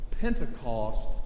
Pentecost